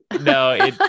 No